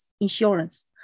insurance